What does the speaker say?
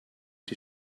die